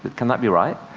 but can that be right?